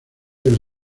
del